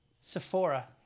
Sephora